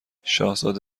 شاهزاده